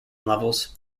levels